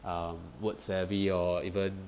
um words savvy or even